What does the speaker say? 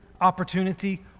opportunity